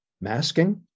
masking